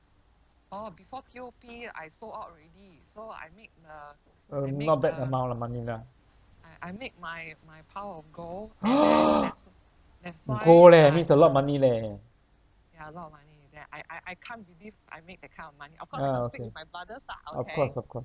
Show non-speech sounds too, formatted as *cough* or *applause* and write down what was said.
um not bad amount of money lah *noise* gold leh means a lot of money leh yeah okay of course of course